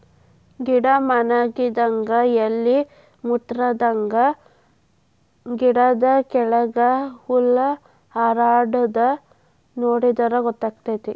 ಗಿಡಾ ವನಗಿದಂಗ ಎಲಿ ಮುಟ್ರಾದಂಗ ಗಿಡದ ಕೆಳ್ಗ ಹುಳಾ ಹಾರಾಡುದ ನೋಡಿರ ಗೊತ್ತಕೈತಿ